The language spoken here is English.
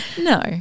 No